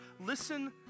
listen